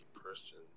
person